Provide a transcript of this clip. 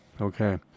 Okay